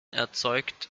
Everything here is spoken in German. erzeugt